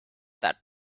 that